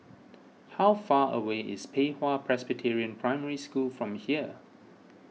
how far away is Pei Hwa Presbyterian Primary School from here